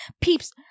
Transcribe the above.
peeps